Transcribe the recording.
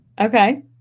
Okay